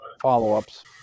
follow-ups